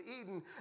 Eden